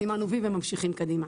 סימנו וי וממשיכים קדימה.